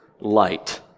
light